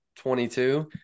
22